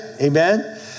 Amen